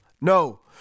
No